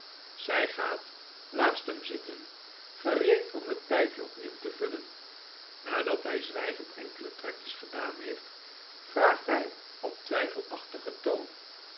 zy gaat naast hem zitten gereed om het pflpje opnieuw te vullen nadat hy zwijgend eenige trekjes gedaan heeft vraagt hij op twijfelachtigen